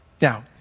Now